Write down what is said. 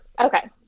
Okay